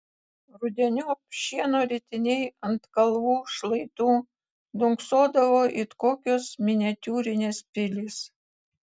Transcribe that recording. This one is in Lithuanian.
rudeniop šieno ritiniai ant kalvų šlaitų dunksodavo it kokios miniatiūrinės pilys